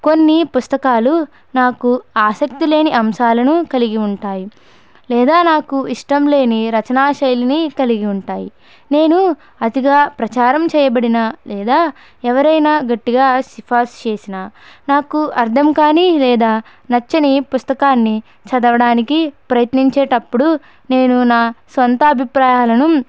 కొన్ని పుస్తకాలు నాకు ఆసక్తి లేని అంశాలను కలిగి ఉంటాయి లేదా నాకు ఇష్టం లేని రచనా శైలిని కలిగి ఉంటాయి నేను అతిగా ప్రచారం చేయబడిన లేదా ఎవరైనా గట్టిగా సిఫార్సు చేసిన నాకు అర్థం కానీ లేదా నచ్చని పుస్తకాన్ని చదవడానికి ప్రయత్నించేటప్పుడు నేను నా సొంత అభిప్రాయాలను